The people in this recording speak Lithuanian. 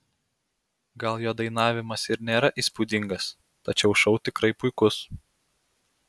gal jo dainavimas ir nėra įspūdingas tačiau šou tikrai puikus